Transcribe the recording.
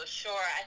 sure